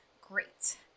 Great